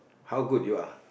how good you are